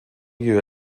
you